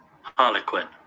Harlequin